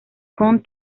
con